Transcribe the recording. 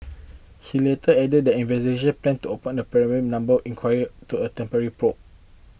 he later added that investigators planned to open a premeditated number inquiry to a temporarily probe